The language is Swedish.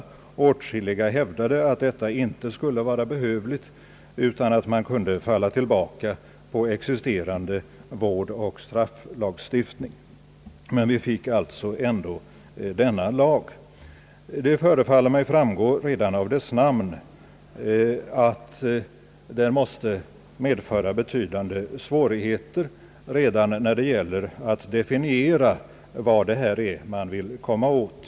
Många hävdade att detta inte skulle vara behövligt utan att man kunde falla tillbaka på existerande vårdoch strafflagstiftning. Men så fick vi alltså ändå denna lag. Jag tycker det framgår redan av dess namn att det måste medföra betydande svårigheter att definiera vad det är man vill komma åt.